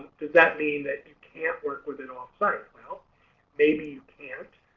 does that mean that you can't work with it off-site well maybe you can't